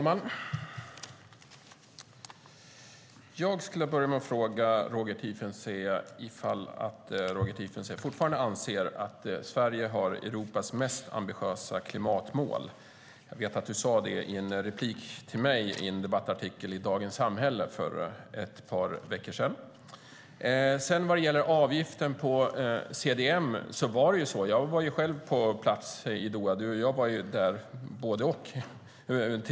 Herr talman! Anser Roger Tiefensee fortfarande att Sverige har Europas mest ambitiösa klimatmål? Jag vet att han sade det i en replik till mig i en debattartikel i Dagens Samhälle för ett par veckor sedan. Sedan var det frågan om avgiften på CDM. Både Roger Tiefensee och jag var på plats i Doha.